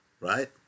right